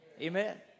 Amen